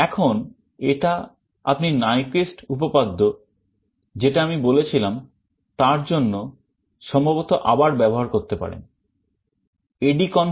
এখন এটা আপনি Nyquist উপপাদ্য যেটা আমি বলেছিলাম তার জন্য সম্ভবত আবার ব্যবহার করতে পারবেন